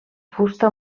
fusta